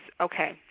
okay